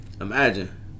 Imagine